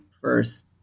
first